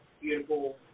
beautiful